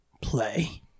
Play